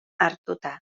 hartuta